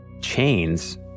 Chains